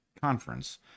conference